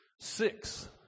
six